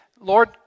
Lord